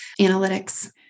analytics